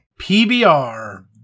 PBR